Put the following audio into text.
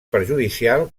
perjudicial